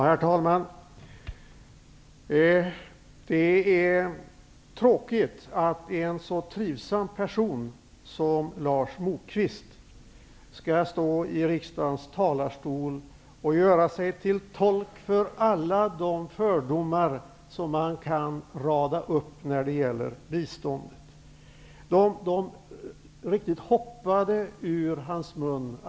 Herr talman! Det är tråkigt att en så trivsam person som Lars Moquist skall från riksdagens talarstol göra sig till tolk för alla de fördomar som man kan rada upp när det gäller biståndet. Fördomarna riktigt hoppade ur hans mun.